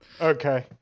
Okay